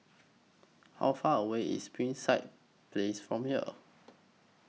How Far away IS Springside Place from here